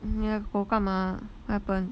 你的狗干嘛 what happened